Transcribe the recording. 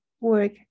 work